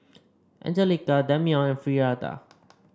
Anjelica Dameon and Frieda